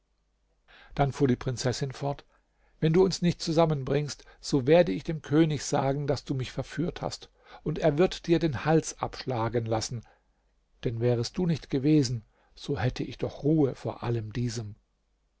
dann fuhr die prinzessin fort wenn du uns nicht zusammenbringst so werde ich dem könig sagen daß du mich verführt hast und er wird dir den hals abschlagen lassen denn wärest du nicht gewesen so hätte ich doch ruhe vor allem diesem